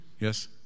Yes